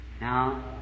now